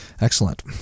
Excellent